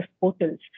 portals